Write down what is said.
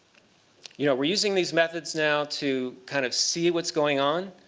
you know we're using these methods now to kind of see what's going on,